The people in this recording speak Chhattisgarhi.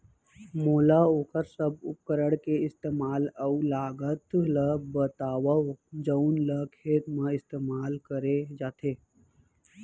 मोला वोकर सब उपकरण के इस्तेमाल अऊ लागत ल बतावव जउन ल खेत म इस्तेमाल करे जाथे?